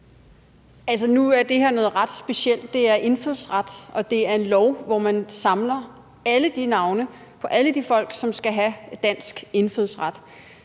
nu er det her noget ret specielt. Det handler om indfødsret, og det er en lov, hvor man samler alle de navne på alle de folk, som skal have dansk indfødsret.